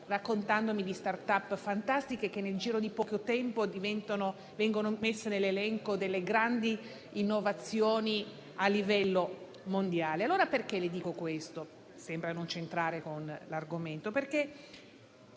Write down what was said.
raccontandomi di *startup* fantastiche, che nel giro di poco tempo vengono inserite nell'elenco delle grandi innovazioni a livello mondiale. Dico questo, che sembra non c'entrare con l'argomento